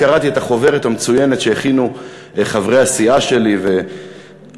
קראתי את החוברת המצוינת שהכינו חברי הסיעה שלי והעוזרים